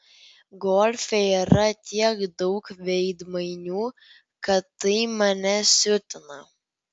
golfe yra tiek daug veidmainių kad tai mane siutina